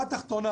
בשורה התחתונה